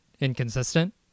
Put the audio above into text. inconsistent